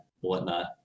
whatnot